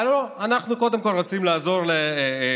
אבל לא, אנחנו קודם כול רוצים לעזור לרשויות.